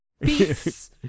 Peace